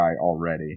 already